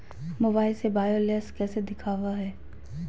Mobile से balance कैसे देखाबो है?